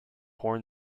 horn